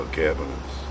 cabinets